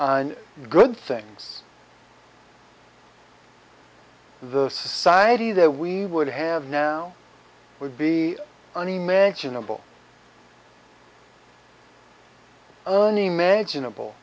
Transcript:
good things the society that we would have now would be unimaginable unimaginable